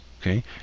Okay